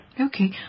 Okay